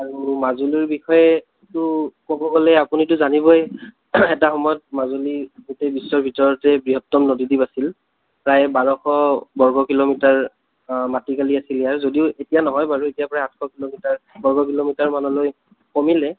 অৰু মাজুলীৰ বিষয়েটো ক'ব গ'লে আপুনিটো জানিবয়েই এটা সময়ত মাজুলী গোটেই বিশ্বৰ ভিতৰতে বৃহত্তম নদীদ্বীপ আছিল প্ৰায় বাৰশ বৰ্গ কিলোমিটাৰ মাটিকালি আছিল যদিও এতিয়া নহয় বাৰু এতিয়া প্ৰায় আঠশ কিলোমিটাৰ বৰ্গকিলোমিটাৰলৈ কমিলে